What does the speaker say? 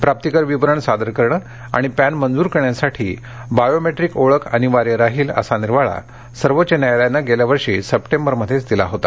प्राप्ती कर विवरण सादर करणं आणि पॅन मंजूर करण्यासाठी बायोमॅट्रिक ओळख अनिवार्य राहील असा निर्वाळा सर्वोच्च न्यायालयानं गेल्या वर्षी सप्टेंबरमध्ये दिला होता